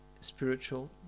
spiritual